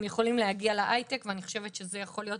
הם יכולים להגיע להייטק ואני חושבת שזו יכולה להיות